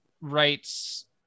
writes